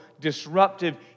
disruptive